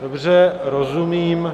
Dobře, rozumím.